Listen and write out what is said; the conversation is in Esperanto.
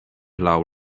laŭ